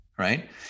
right